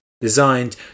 designed